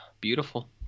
Beautiful